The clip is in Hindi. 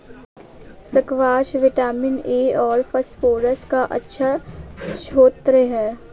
स्क्वाश विटामिन ए और फस्फोरस का अच्छा श्रोत है